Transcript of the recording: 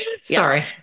Sorry